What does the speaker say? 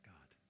God